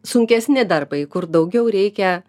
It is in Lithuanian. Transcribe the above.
sunkesni darbai kur daugiau reikia